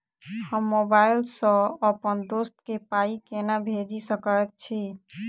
हम मोबाइल सअ अप्पन दोस्त केँ पाई केना भेजि सकैत छी?